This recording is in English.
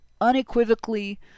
unequivocally